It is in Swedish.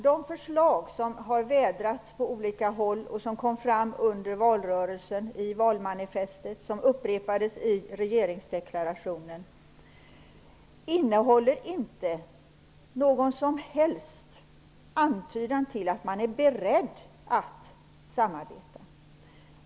De förslag som har vädrats på olika håll och som kom fram under valrörelsen och i valmanifestet och som upprepades i regeringsdeklarationen innehåller inte någon som helst antydan om att man är beredd att samarbeta.